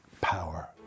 power